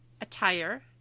attire